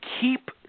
Keep